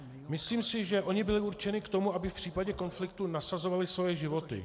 Myslím si, že oni byli určeni k tomu, aby v případě konfliktu nasazovali svoje životy.